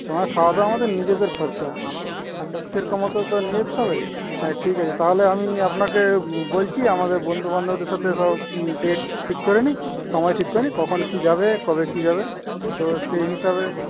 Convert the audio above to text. খাওয়া দাওয়া আমাদের নিজেদের খরচা আচ্ছা সেরকম মতো তো নিয়ে যেতে হবে হ্যাঁ ঠিক আছে তাহলে আমি আপনাকে বলছি আমাদের বন্ধু বান্ধদের সাথে সব ডেট ঠিক করে নিই সময় ঠিক করে নিই কখন কি যাবে কবে কি যাবে তো সেই হিসাবে